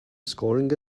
scoring